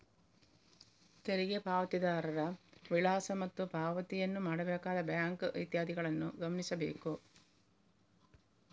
ತೆರಿಗೆ ಪಾವತಿದಾರರ ವಿಳಾಸ ಮತ್ತು ಪಾವತಿಯನ್ನು ಮಾಡಬೇಕಾದ ಬ್ಯಾಂಕ್ ಇತ್ಯಾದಿಗಳನ್ನು ಗಮನಿಸಬೇಕು